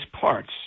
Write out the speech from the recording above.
parts